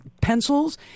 pencils